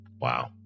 Wow